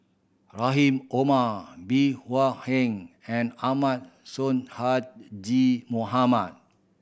Rahim Omar Bey Hua Heng and Ahmad Sonhadji Mohamad